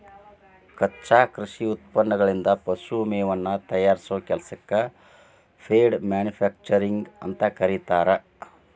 ಕಚ್ಚಾ ಕೃಷಿ ಉತ್ಪನ್ನಗಳಿಂದ ಪಶು ಮೇವನ್ನ ತಯಾರಿಸೋ ಕೆಲಸಕ್ಕ ಫೇಡ್ ಮ್ಯಾನುಫ್ಯಾಕ್ಚರಿಂಗ್ ಅಂತ ಕರೇತಾರ